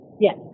Yes